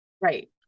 Right